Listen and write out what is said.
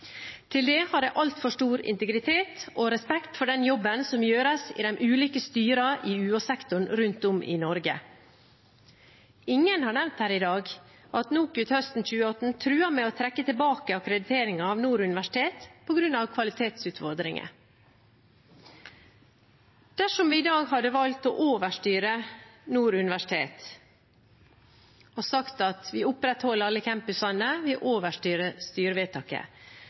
Til det har jeg altfor stor integritet og respekt for den jobben som gjøres i de ulike styrene i UH-sektoren rundt om i Norge. Ingen har nevnt her i dag at NOKUT høsten 2018 truet med å trekke tilbake akkrediteringen av Nord universitet på grunn av kvalitetsutfordringer. Dersom vi i dag hadde valgt å overstyre Nord universitet og sagt at vi opprettholder alle campusene, vi